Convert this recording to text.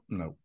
no